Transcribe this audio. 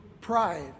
pride